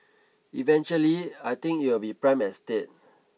eventually I think it will be prime estate